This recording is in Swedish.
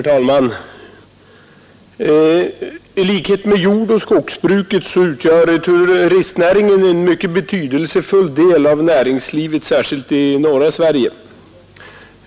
Herr talman! I likhet med jordoch skogsbruket utgör turistnäringen en mycket betydelsefull del av näringslivet, särskilt i norra Sverige.